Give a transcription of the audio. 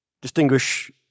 distinguish